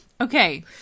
okay